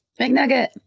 McNugget